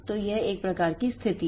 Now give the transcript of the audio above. तो यह एक प्रकार की स्थिति है